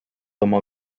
oma